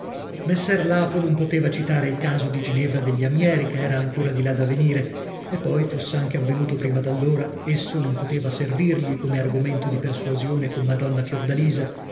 messer lapo non poteva citare il caso di ginevra degli amieri che era ancora di là da venire e poi foss'anche avvenuto prima d'allora esso non poteva servirgli come argomento di persuasione con madonna fiordalisa